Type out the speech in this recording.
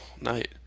night